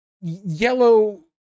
yellow